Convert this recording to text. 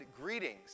Greetings